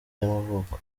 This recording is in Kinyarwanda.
y’amavuko